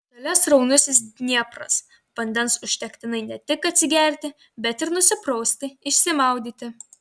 šalia sraunusis dniepras vandens užtektinai ne tik atsigerti bet ir nusiprausti išsimaudyti